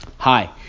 Hi